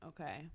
okay